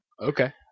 Okay